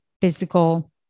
physical